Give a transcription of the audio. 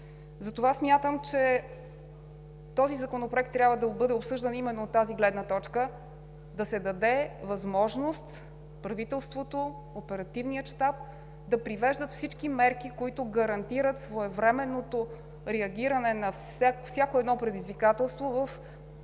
Затова смятам, че Законопроектът трябва да бъде обсъждан от тази гледна точка – да се даде възможност правителството, Оперативният щаб да привеждат всички мерки, които гарантират своевременното реагиране на всяко едно предизвикателство в рамките на